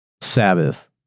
Sabbath